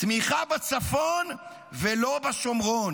תמיכה בצפון ולא בשומרון,